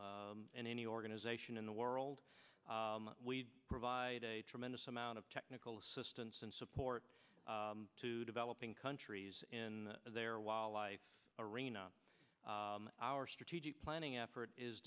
in any organization in the world we provide a tremendous amount of technical assistance and support to developing countries in their wildlife arena our strategic planning effort is